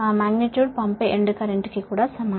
magnitude పంపే end కరెంట్కు సమానం